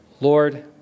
Lord